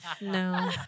No